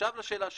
עכשיו לשאלה שלך,